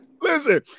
Listen